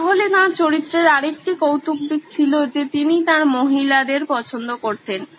সুতরাং তাঁর চরিত্রের আরেকটি কৌতুক দিক ছিল যে তিনি তাঁর মহিলাদের পছন্দ করতেন